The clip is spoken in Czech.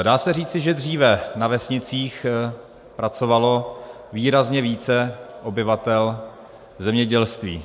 Dá se říci, že dříve na vesnicích pracovalo výrazně více obyvatel v zemědělství.